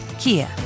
Kia